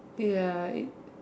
ya it